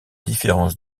différence